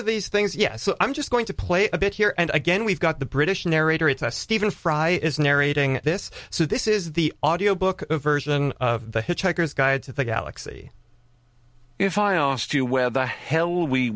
of these things yes so i'm just going to play a bit here and again we've got the british narrator it's a stephen fry is narrating this so this is the audio book version of the hitchhiker's guide to the galaxy if i asked you where the hell we